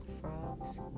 frogs